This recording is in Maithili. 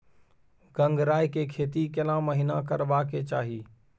गंगराय के खेती केना महिना करबा के चाही?